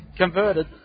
converted